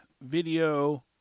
video